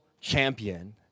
champion